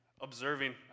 observing